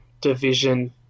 division